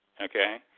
okay